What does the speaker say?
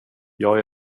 jag